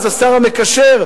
אז השר המקשר,